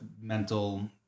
mental